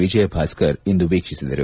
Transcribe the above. ವಿಜಯಭಾಸ್ಕರ್ ಇಂದು ವೀಕ್ಷಿಸಿದರು